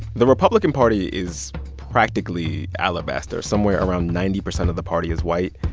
the republican party is practically alabaster. somewhere around ninety percent of the party is white.